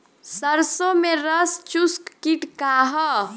सरसो में रस चुसक किट का ह?